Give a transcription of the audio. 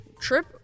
Trip